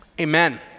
Amen